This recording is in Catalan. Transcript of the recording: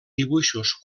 dibuixos